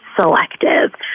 selective